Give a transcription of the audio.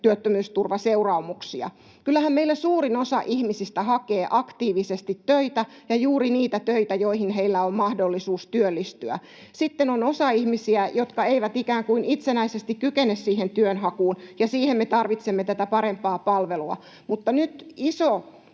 työttömyysturvaseuraamuksia. Kyllähän meillä suurin osa ihmisistä hakee aktiivisesti töitä ja juuri niitä töitä, joihin heillä on mahdollisuus työllistyä. Sitten on ihmisiä, jotka eivät ikään kuin itsenäisesti kykene siihen työnhakuun, ja siihen me tarvitsemme tätä parempaa palvelua. Mutta nyt iso